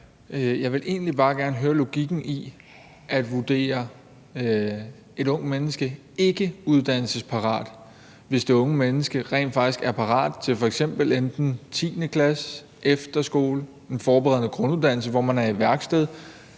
Jeg vil egentlig bare gerne høre om logikken i at vurdere et ungt menneske ikke uddannelsesparat, hvis det unge menneske rent faktisk er parat til f.eks. 10. klasse; efterskole; den forberedende grunduddannelse, hvor man er i et værksted;